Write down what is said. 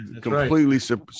completely